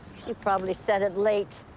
she probably sent it late.